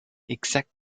exact